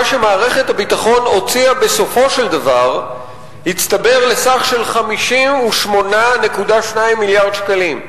שמערכת הביטחון הוציאה בסופו של דבר הצטבר לסך של 58.2 מיליארד שקלים.